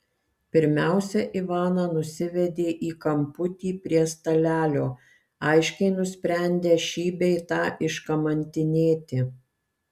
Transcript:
pirmiausia ivaną nusivedė į kamputį prie stalelio aiškiai nusprendę šį bei tą iškamantinėti